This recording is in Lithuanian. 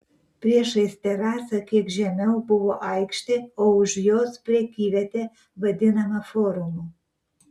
priešais terasą kiek žemiau buvo aikštė o už jos prekyvietė vadinama forumu